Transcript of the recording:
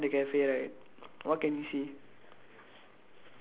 go go behind the cafe right what can you see